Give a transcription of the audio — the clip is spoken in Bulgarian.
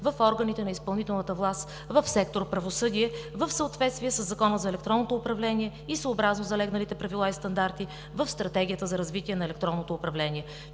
в органите на изпълнителната власт в сектор „Правосъдие“, в съответствие със Закона за електронното управление и съобразно залегналите правила и стандарти в Стратегията за развитие на електронното управление.